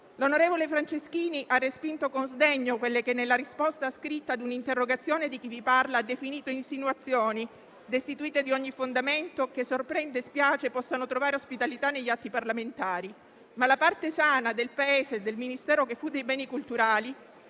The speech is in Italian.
L'onorevole Franceschini ha respinto con sdegno quelle che nella risposta scritta ad un'interrogazione di chi parla ha definito insinuazioni destituite di ogni fondamento, che sorprende e spiace possano trovare ospitalità negli atti parlamentari; tuttavia la parte sana del Paese e del Ministero che fu dei beni culturali,